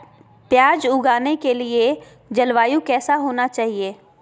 प्याज उगाने के लिए जलवायु कैसा होना चाहिए?